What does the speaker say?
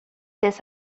this